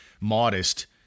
modest